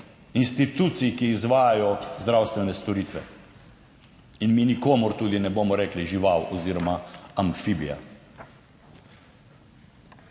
institucij, ki izvajajo zdravstvene storitve in mi nikomur tudi ne bomo rekli žival oziroma amfibija.